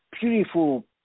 beautiful